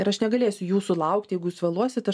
ir aš negalėsiu jūsų laukti jeigu jūs vėluosit aš